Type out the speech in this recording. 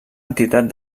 entitat